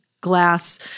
glass